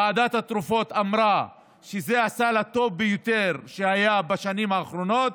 ועדת התרופות אמרה שזה הסל הטוב ביותר שהיה בשנים האחרונות.